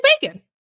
bacon